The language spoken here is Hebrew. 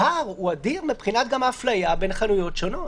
הפער הוא אדיר מבחינת האפליה בין חנויות שונות.